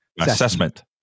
Assessment